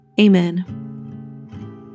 Amen